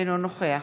אינו נוכח